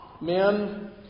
Men